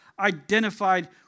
Identified